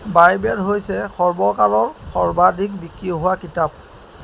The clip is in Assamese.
বাইবেল হৈছে সৰ্বকালৰ সৰ্বাধিক বিক্ৰী হোৱা কিতাপ